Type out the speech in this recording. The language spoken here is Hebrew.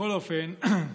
בכל אופן,